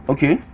Okay